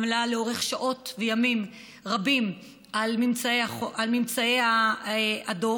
עמלה לאורך שעות וימים רבים על ממצאי הדוח.